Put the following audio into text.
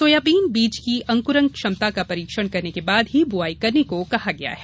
soybean बीज की अंकुरण क्षमता का परीक्षण करने के बाद ही बुवाई करने को कहा गया है